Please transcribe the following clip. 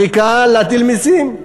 הכי קל להטיל מסים.